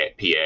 PA